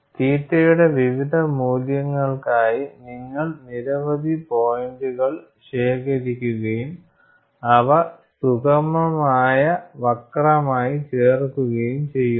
തീറ്റയുടെ വിവിധ മൂല്യങ്ങൾക്കായി നിങ്ങൾ നിരവധി പോയിന്റുകൾ ശേഖരിക്കുകയും അവ സുഗമമായ വക്രമായി ചേർക്കുകയും ചെയ്യുന്നു